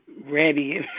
ready